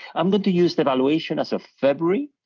i'm going to use the valuation as of february,